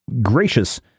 gracious